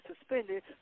suspended